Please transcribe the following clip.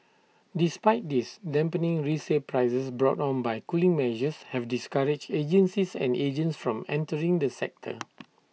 despite this dampening resale prices brought on by cooling measures have discouraged agencies and agents from entering the sector